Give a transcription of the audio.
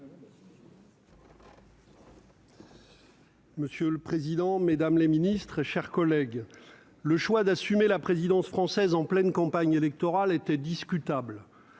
Monsieur le président, Mesdames les Ministres, chers collègues, le choix d'assumer la présidence française en pleine campagne électorale étaient discutables,